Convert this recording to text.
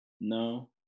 No